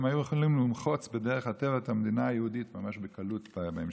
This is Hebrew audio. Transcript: הם היו יכולים למחוץ בדרך הטבע את המדינה היהודית ממש בקלות בהמשך,